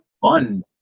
fun